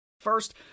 First